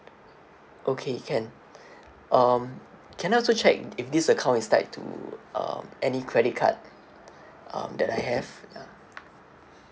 okay can um can I also check if this account is tied to um any credit card um that I have ya